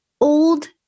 old